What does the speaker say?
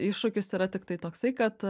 iššūkis yra tiktai toksai kad